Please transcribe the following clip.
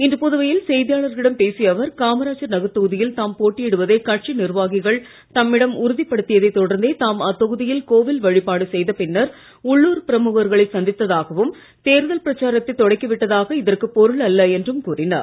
இன்று புதுவையில் செய்தியாளர்களிடம் பேசிய அவர் காமராஜர் நகர் தொகுதியில் தாம் போட்டியிடுவதை கட்சி நிர்வாகிகள் தம்மிடம் உறுதிப்படுத்தியதைத் தொடர்ந்தே தாம் அத்தொகுதியில் கோவில் வழிபாடு செய்த பின்னர் உள்ளுர் பிரமுகர்களை சந்தித்தாகவும் தேர்தல் பிரச்சாரத்தை தொடக்கி விட்டதாக இதற்கு பொருள் அல்ல என்றும் கூறினார்